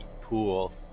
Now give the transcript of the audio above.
pool